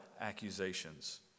accusations